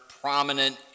prominent